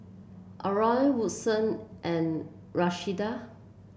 Adron Woodson and Rashida